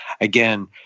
again